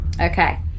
Okay